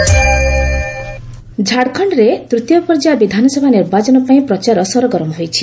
Jharkhand campaigning ଝାଡ଼ଖଶ୍ତରେ ତୂତୀୟ ପର୍ଯ୍ୟାୟ ବିଧାନସଭା ନିର୍ବାଚନ ପାଇଁ ପ୍ରଚାର ସରଗରମ ହୋଇଛି